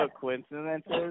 coincidences